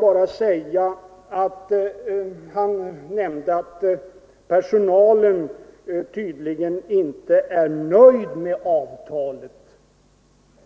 Herr Nordgren nämnde att personalen tydligen inte är nöjd med avtalet